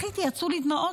בכיתי, יצאו לי דמעות.